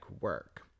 work